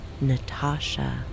Natasha